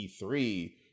E3